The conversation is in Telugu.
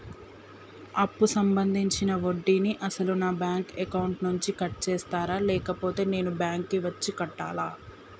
అప్పు సంబంధించిన వడ్డీని అసలు నా బ్యాంక్ అకౌంట్ నుంచి కట్ చేస్తారా లేకపోతే నేను బ్యాంకు వచ్చి కట్టాలా?